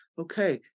okay